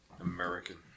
American